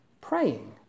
praying